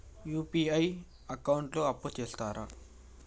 UPI account లో అప్పు ఇస్తరా?